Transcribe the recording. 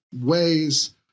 ways